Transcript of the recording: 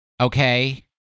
Okay